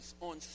on